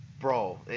bro